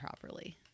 properly